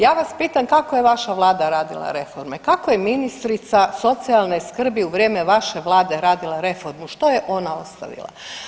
Ja vas pitam kako je vaša vlada radila reforme, kako je ministrica socijalne skrbi u vrijeme vaše vlade radila reformu, što je ona ostavila?